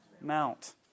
Mount